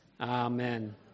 Amen